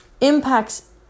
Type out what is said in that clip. impacts